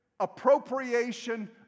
appropriation